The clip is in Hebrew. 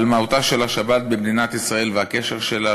על מהותה של השבת במדינת ישראל והקשר שלה